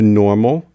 normal